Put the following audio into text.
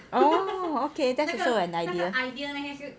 orh okay that's also an idea